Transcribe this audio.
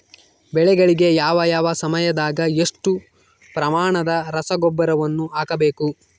ಬೆಳೆಗಳಿಗೆ ಯಾವ ಯಾವ ಸಮಯದಾಗ ಎಷ್ಟು ಪ್ರಮಾಣದ ರಸಗೊಬ್ಬರವನ್ನು ಹಾಕಬೇಕು?